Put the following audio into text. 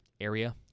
area